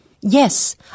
Yes